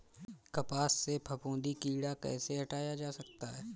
कपास से फफूंदी कीड़ा कैसे हटाया जा सकता है?